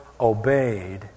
obeyed